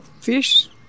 fish